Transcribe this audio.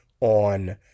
on